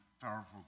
powerful